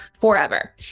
forever